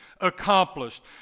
accomplished